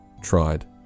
tried